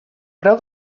preu